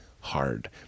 hard